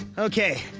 okay.